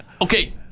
okay